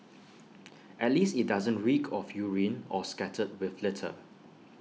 at least IT doesn't reek of urine or scattered with litter